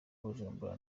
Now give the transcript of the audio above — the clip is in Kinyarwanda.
ubujura